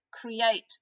create